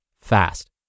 fast